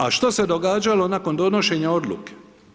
A šta se događalo nakon donošenja odluke?